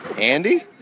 Andy